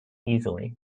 easily